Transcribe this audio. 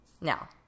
now